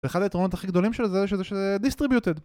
ואחד היתרונות הכי גדולים של זה זה שזה Distributed